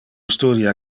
studia